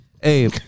Hey